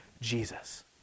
Jesus